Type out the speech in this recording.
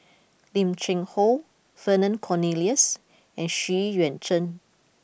Lim Cheng Hoe Vernon Cornelius and Xu Yuan Zhen